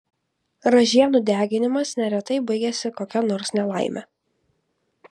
ražienų deginimas neretai baigiasi kokia nors nelaime